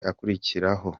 akurikiraho